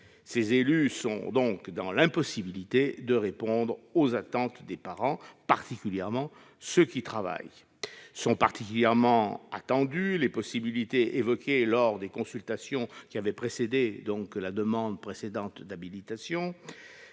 Ces élus sont dans l'impossibilité de répondre aux attentes des parents, particulièrement de ceux qui travaillent. Sont très attendues les possibilités, évoquées lors des consultations ayant précédé la demande d'habilitation,